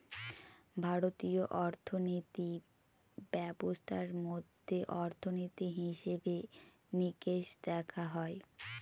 ভারতীয় অর্থিনীতি ব্যবস্থার মধ্যে অর্থনীতি, হিসেবে নিকেশ দেখা হয়